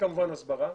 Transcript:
וכמובן הסברה.